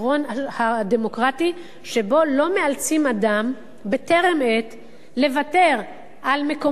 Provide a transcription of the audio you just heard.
הדמוקרטי שבו לא מאלצים אדם בטרם עת לוותר על מקומו.